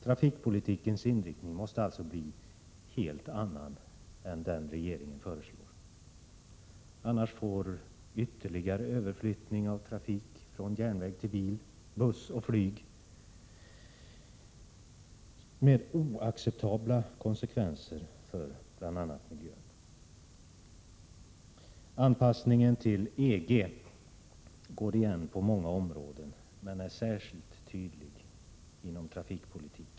Trafikpolitikens inriktning måste alltså bli en helt annan än den regeringen föreslår, annars får ytterligare överflyttning av trafik från järnväg till bil, buss och flyg oacceptabla konsekvenser för bl.a. miljön. Anpassningen till EG går igen på många områden men är särskilt tydlig inom trafikpolitiken.